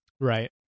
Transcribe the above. right